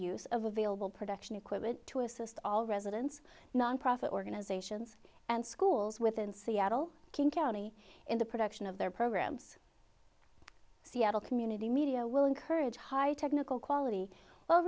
use of available production equipment to assist all residents nonprofit organizations and schools within seattle king county in the production of their programs seattle community media will encourage high technical quality